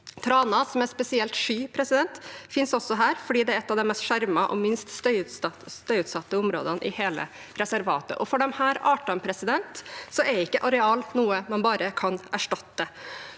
Trane, som er spesielt sky, finnes også her, for det er et av de mest skjermede og minst støyutsatte områdene i hele reservatet. For disse artene er ikke areal noe man bare kan erstatte.